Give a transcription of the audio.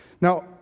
Now